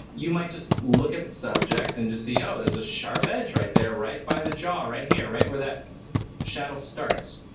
you might just look at the subject and just see oh, there's a sharp edge right there, right by the jaw, right here, right where that shadow starts.